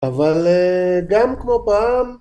אבל גם כמו פעם